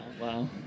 wow